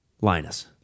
Linus